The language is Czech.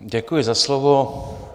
Děkuji za slovo.